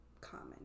common